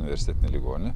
universitetinė ligoninė